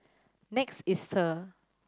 Next Easter